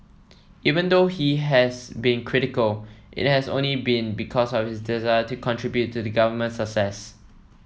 even though he has been critical it has only been because of his desire to contribute to the government's success